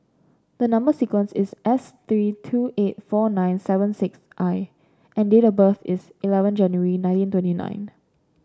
the number sequence is S three two eight four nine seven six I and date of birth is eleven January nineteen twenty nine